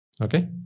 Okay